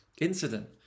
incident